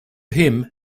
him